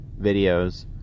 videos